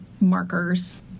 markers